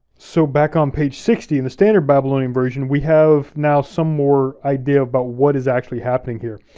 so back on page sixty, and the standard babylonian version, we have now some more idea about what is actually happening here.